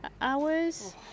hours